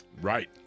Right